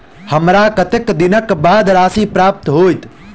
हमरा कत्तेक दिनक बाद राशि प्राप्त होइत?